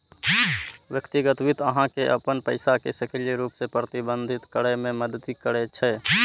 व्यक्तिगत वित्त अहां के अपन पैसा कें सक्रिय रूप सं प्रबंधित करै मे मदति करै छै